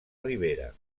ribera